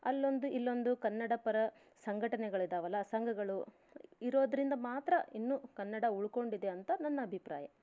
ಅಲ್ಲೊಂದು ಇಲ್ಲೊಂದು ಕನ್ನಡಪರ ಸಂಘಟನೆಗಳಿದ್ದಾವಲ್ಲ ಸಂಘಗಳು ಇರೋದ್ರಿಂದ ಮಾತ್ರ ಇನ್ನೂ ಕನ್ನಡ ಉಳ್ಕೊಂಡಿದೆ ಅಂತ ನನ್ನ ಅಭಿಪ್ರಾಯ